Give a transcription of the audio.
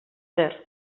zer